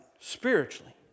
spiritually